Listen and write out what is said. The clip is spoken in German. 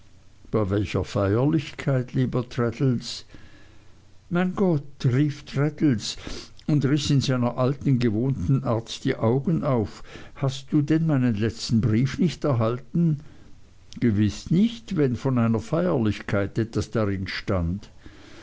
bei welcher feierlichkeit lieber traddles mein gott rief traddles und riß in seiner alten gewohnten art die augen auf hast du denn meinen letzten brief nicht erhalten gewiß nicht wenn von einer feierlichkeit etwas darin stand